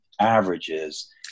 averages